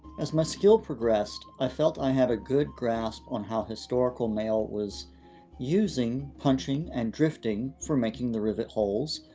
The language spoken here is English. as my skill progressed, i felt i had a good grasp on how historical maille was using punching and drifting for making the rivet holes.